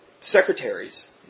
secretaries